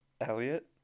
Elliot